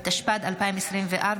התשפ"ד 2024,